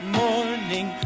morning